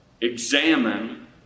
Examine